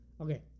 Okay